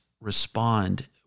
respond